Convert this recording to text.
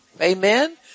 Amen